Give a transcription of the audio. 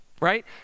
right